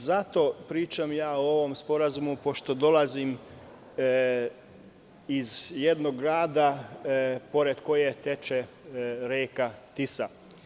Zato pričam o ovom sporazumu pošto dolazim iz jednog grada pored kog teče reka Tisa.